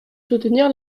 soutenir